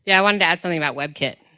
yeah want to to add something about webkit.